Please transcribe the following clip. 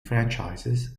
franchises